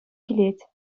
килет